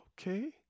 Okay